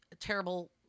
terrible